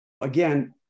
again